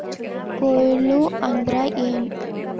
ಕೊಯ್ಲು ಅಂದ್ರ ಏನ್?